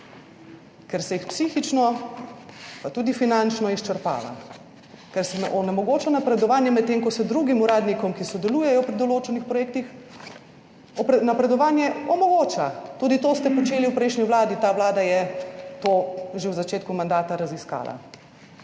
ker se jih psihično pa tudi finančno izčrpava, ker se jim onemogoča napredovanje, medtem ko se drugim uradnikom, ki sodelujejo pri določenih projektih, napredovanje omogoča. Tudi to ste počeli v prejšnji vladi, ta vlada je to že v začetku mandata raziskala.